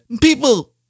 people